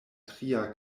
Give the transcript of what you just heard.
tria